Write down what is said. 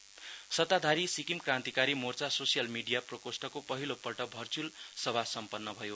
SKM सत्ताधारी Sikkim Krantikari Morcha social media प्रकोष्ठको पहिलोपल्ट भर्चुअल सभा सम्पन्न भयो